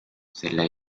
selle